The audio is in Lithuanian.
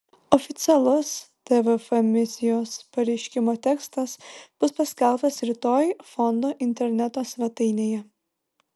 oficialus tvf misijos pareiškimo tekstas bus paskelbtas rytoj fondo interneto svetainėje